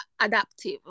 adaptive